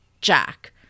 Jack